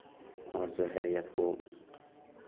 और जो है एक वो